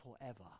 forever